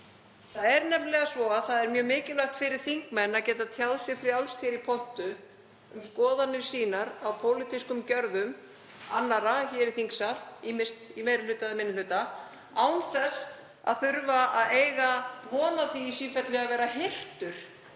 Það er nefnilega mjög mikilvægt fyrir þingmenn að geta tjáð sig frjálst hér í pontu um skoðanir sínar á pólitískum gjörðum annarra í þingsal, ýmist í meiri hluta eða minni hluta, án þess að þurfa að eiga von á því í sífellu að vera hirtir